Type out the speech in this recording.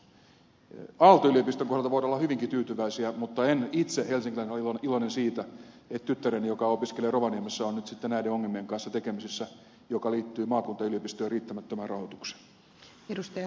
aalto yliopiston kohdalla voidaan olla hyvinkin tyytyväisiä mutta en itse helsinkiläisenä ole iloinen siitä että tyttäreni joka opiskelee rovaniemellä on nyt sitten näiden ongelmien kanssa tekemisissä jotka liittyvät maakuntayliopistojen riittämättömään rahoitukseen